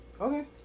Okay